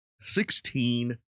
sixteen